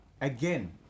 again